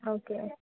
okay